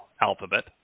alphabet